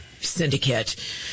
syndicate